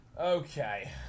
Okay